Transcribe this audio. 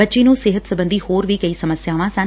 ਬੱਚੀ ਨੂੰ ਸਿਹਤ ਸਬੰਧੀ ਹੋਰ ਵੀ ਕਈ ਸਮੱਸਿਆਵਾਂ ਸਨ